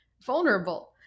vulnerable